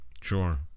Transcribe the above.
Sure